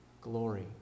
glory